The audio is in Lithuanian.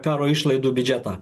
karo išlaidų biudžetą